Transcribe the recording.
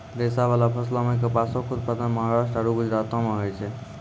रेशाबाला फसलो मे कपासो के उत्पादन महाराष्ट्र आरु गुजरातो मे होय छै